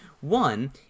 One